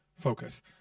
Focus